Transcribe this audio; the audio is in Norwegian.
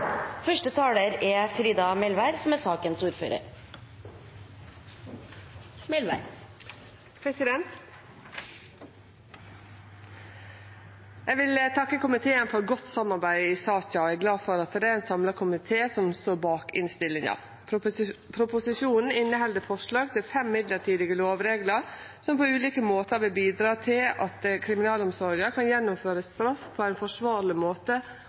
vil takke komiteen for godt samarbeid i saka. Eg er glad for at det er ein samla komité som står bak innstillinga. Proposisjonen inneheld forslag til fem mellombelse lovreglar som på ulike måtar vil bidra til at kriminalomsorga kan gjennomføre straff på ein forsvarleg måte